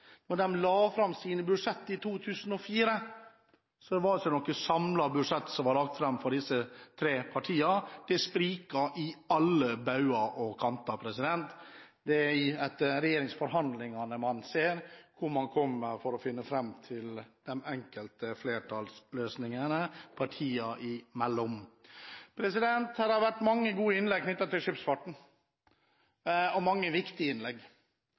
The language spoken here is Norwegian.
la fram sine budsjetter i 2004, var det ikke noe samlet budsjett som ble lagt fram – de sprikte i alle retninger. Det er etter regjeringsforhandlingene man finner fram til de enkelte flertallsløsningene partiene imellom. Det har vært mange gode innlegg knyttet til skipsfarten, og mange viktige innlegg.